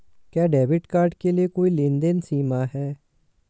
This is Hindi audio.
क्या डेबिट कार्ड के लिए कोई लेनदेन सीमा है?